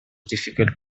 difficult